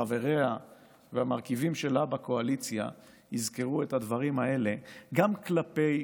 שחבריה והמרכיבים שלה בקואליציה יזכרו את הדברים האלה גם כלפי